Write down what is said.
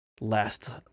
last